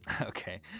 Okay